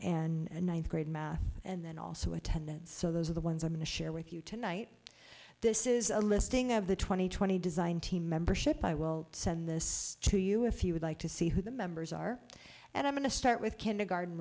and ninth grade math and then also attendance so those are the ones on the share with you tonight this is a listing of the two thousand and twenty design team membership i will send this to you if you would like to see who the members are and i'm going to start with kindergarten